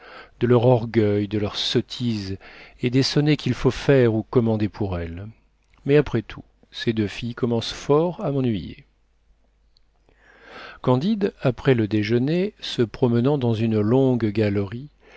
de leur orgueil de leurs sottises et des sonnets qu'il faut faire ou commander pour elles mais après tout ces deux filles commencent fort à m'ennuyer candide après le déjeuner se promenant dans une longue galerie